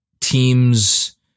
teams